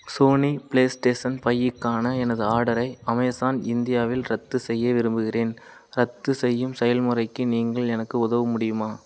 Sony PlayStation ஃபையிக்கான எனது ஆர்டரை அமேசான் இந்தியாவில் ரத்து செய்ய விரும்புகிறேன் ரத்துசெய்யும் செயல்முறைக்கு நீங்கள் எனக்கு உதவ முடியுமா